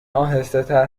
آهستهتر